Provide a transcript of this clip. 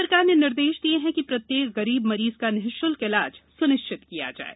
राज्य सरकार ने निर्देश दिये हैं कि प्रत्येक गरीब मरीज का निःशुल्क इलाज सुनिश्चित किया जाये